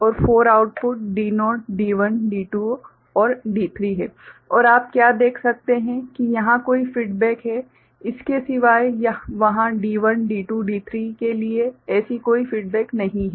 और 4 output D0 D1 D2 D3 हैं और आप क्या देख सकते हैं कि यहां कोई फीडबैक है इसके सिवाय वहां D1 D2 D3 के लिए ऐसी कोई फीडबैक नहीं है